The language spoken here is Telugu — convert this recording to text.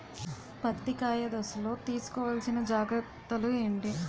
పత్తి కాయ దశ లొ తీసుకోవల్సిన జాగ్రత్తలు ఏంటి?